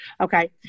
Okay